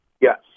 Yes